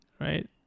Right